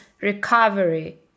recovery